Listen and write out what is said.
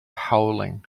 howling